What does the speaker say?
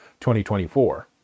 2024